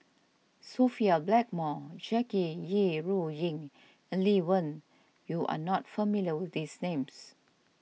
Sophia Blackmore Jackie Yi Ru Ying and Lee Wen you are not familiar with these names